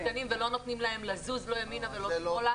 הקטנים ולא נותנים להם לזוז לא ימינה ולא שמאלה.